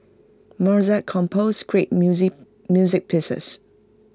Mozart composed great music music pieces